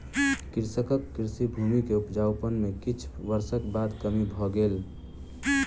कृषकक कृषि भूमि के उपजाउपन में किछ वर्षक बाद कमी भ गेल